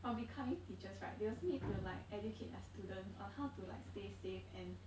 from becoming teachers right they also need to like educate their students on how to like stay safe and